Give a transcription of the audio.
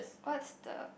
what's the